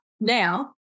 now